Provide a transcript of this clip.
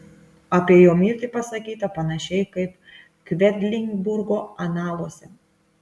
apie jo mirtį pasakyta panašiai kaip kvedlinburgo analuose